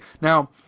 now